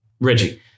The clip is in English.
Reggie